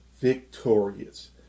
victorious